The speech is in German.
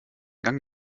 gang